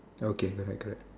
okay that is a good